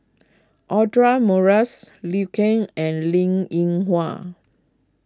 Audra Morrice Liu Kang and Linn in Hua